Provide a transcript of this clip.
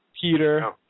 Peter